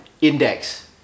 Index